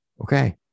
okay